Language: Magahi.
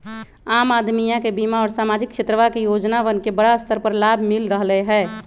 आम अदमीया के बीमा और सामाजिक क्षेत्रवा के योजनावन के बड़ा स्तर पर लाभ मिल रहले है